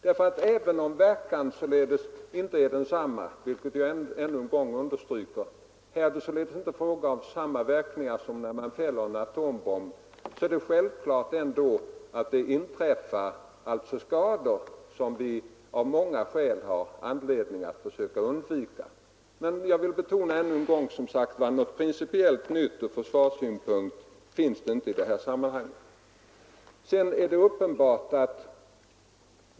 Även om de inte får samma verkningar som när man fäller en atombomb — jag understryker det ännu en gång — uppstår det självfallet skador som vi av många skäl har anledning att försöka undvika. Men jag vill ännu en gång betona att det i detta sammanhang inte är fråga om något principiellt nytt ur försvarssynpunkt.